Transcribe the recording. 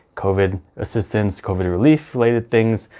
covid assistance, covid relief related things.